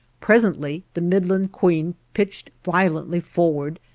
presently the midland queen pitched violently forward,